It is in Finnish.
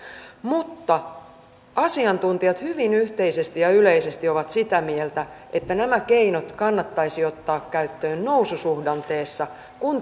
mutta asiantuntijat hyvin yhteisesti ja yleisesti ovat sitä mieltä että nämä keinot kannattaisi ottaa käyttöön noususuhdanteessa kun